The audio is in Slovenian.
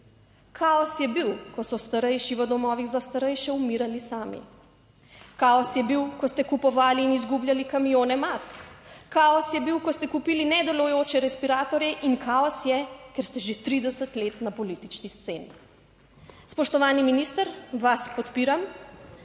kaos je bil, ko so starejši v domovih za starejše umirali sami, kaos je bil, ko ste kupovali in izgubljali kamione mask, kaos je bil, ko ste kupili nedelujoče respiratorje, in kaos je, ker ste že 30 let na politični sceni. Spoštovani minister, vas podpiram.